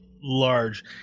large